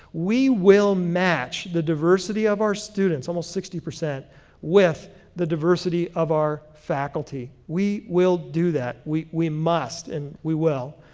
we will match the diversity of our students, almost sixty percent with the diversity of our faculty. we will do that. we we must, and we will.